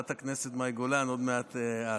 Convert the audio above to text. חברת הכנסת מאי גולן, עוד מעט את.